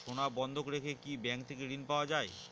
সোনা বন্ধক রেখে কি ব্যাংক থেকে ঋণ পাওয়া য়ায়?